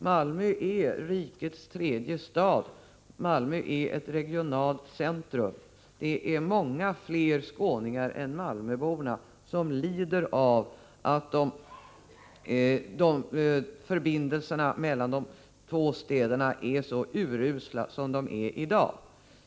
Malmö är rikets tredje stad och ett regionalt centrum. Det är fler skåningar än malmöborna som lider av att förbindelserna mellan de två städerna är så urusla som de är i dag.